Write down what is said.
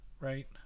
right